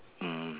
mm